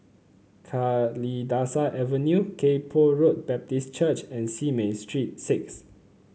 Kalidasa Avenue Kay Poh Road Baptist Church and Simei Street Six